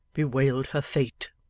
bewailed her fate.